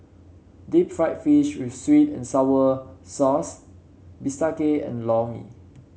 Deep Fried Fish with sweet and sour sauce bistake and Lor Mee